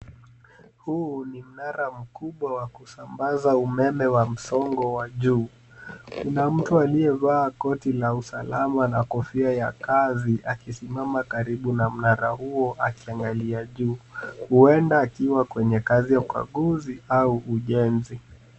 Huu ni mnara mkubwa wa kusambaza umeme wa msongo wa juu. Kuna mtu aliyevaa koti la usalama na kofia ya kazi akisimama karibu na mnara akiangalia juu huenda akiwa kwenye kazi ya ukaguzi au ujenzi.